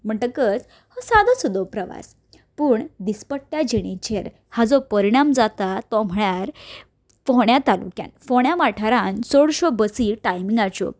म्हणटकच हो सादोसुदो प्रवास पूण दिसपट्ट्या जिणेचेर हाजो परिणाम जाता तो म्हळ्यार फोण्या तालुक्यान फोण्या वाठारान चडश्यो बसी टायमिगांच्यो